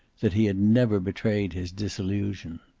that he had never betrayed his disillusion.